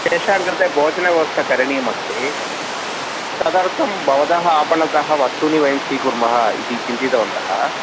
तेषां कृते भोजनव्यवस्था करणीयमस्ति तदर्थं भवतः आपणतः वस्तूनि वयं स्वीकुर्मः इति चिन्तितवन्तः